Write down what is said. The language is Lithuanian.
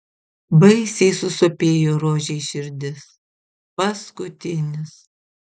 baisiai susopėjo rožei širdis paskutinis